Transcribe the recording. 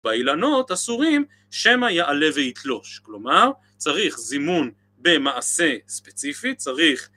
באילנות אסורים שמא יעלה ויתלוש, כלומר צריך זימון במעשה ספציפית, צריך